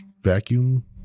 vacuum